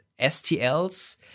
STLs